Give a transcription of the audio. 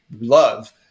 love